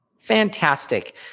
Fantastic